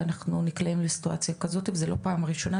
ואנחנו נקלעים לסיטואציה כזאתי וזה לא פעם ראשונה,